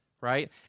right